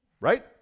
Right